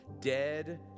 dead